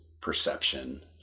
perception